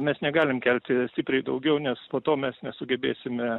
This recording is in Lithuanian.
mes negalim kelti stipriai daugiau nes po to mes nesugebėsime